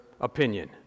opinion